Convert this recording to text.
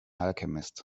alchemist